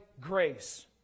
grace